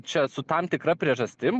čia su tam tikra priežastim